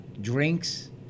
drinks